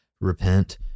Repent